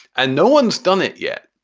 and no one's done it yet.